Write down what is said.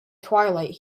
twilight